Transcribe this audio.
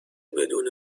بدون